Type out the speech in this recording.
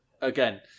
again